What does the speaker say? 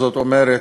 זאת אומרת,